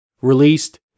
released